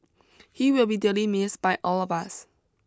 he will be dearly missed by all of us